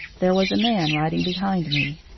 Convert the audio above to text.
there was a man riding behind me.